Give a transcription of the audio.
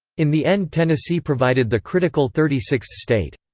in the end tennessee provided the critical thirty sixth state.